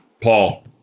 Paul